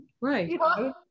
right